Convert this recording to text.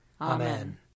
Amen